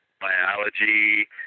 biology